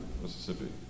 Mississippi